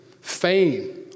fame